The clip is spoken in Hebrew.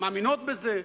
מאמינות בזה.